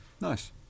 nice